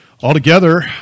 Altogether